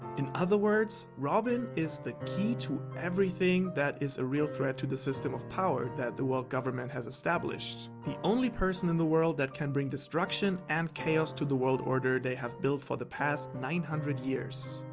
in other words, robin is the key to everything that is a real threat to the system of power that the world government has established. the only person in the world that can bring destruction and chaos to the world order they built for the past nine hundred years.